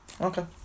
okay